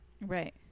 Right